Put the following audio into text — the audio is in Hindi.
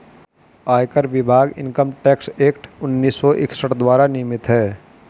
आयकर विभाग इनकम टैक्स एक्ट उन्नीस सौ इकसठ द्वारा नियमित है